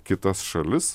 kitas šalis